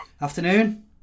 Afternoon